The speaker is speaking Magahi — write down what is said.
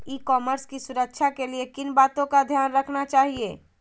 ई कॉमर्स की सुरक्षा के लिए किन बातों का ध्यान रखना चाहिए?